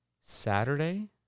Saturday